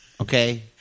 Okay